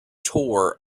tore